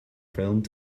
filmed